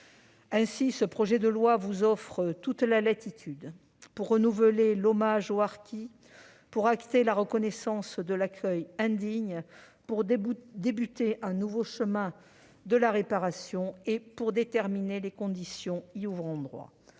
Ainsi, ce projet de loi vous offre toute latitude pour renouveler l'hommage aux harkis, acter la reconnaissance de l'accueil indigne, ouvrir un nouveau chemin de la réparation et déterminer les conditions y ouvrant droit.